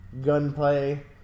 gunplay